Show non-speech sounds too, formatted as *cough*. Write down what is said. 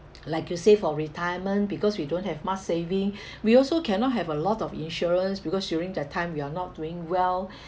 *noise* like you say for retirement because we don't have much saving *breath* we also cannot have a lot of insurance because during that time we are not doing well *breath*